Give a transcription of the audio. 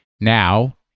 Now